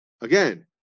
again